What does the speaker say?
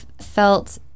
felt